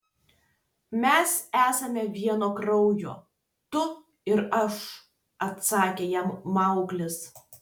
mes esame vieno kraujo tu ir aš atsakė jam mauglis